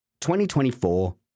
2024